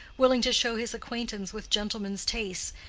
willing to show his acquaintance with gentlemen's tastes,